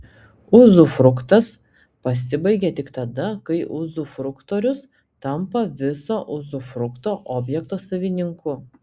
uzufruktas pasibaigia tik tada kai uzufruktorius tampa viso uzufrukto objekto savininku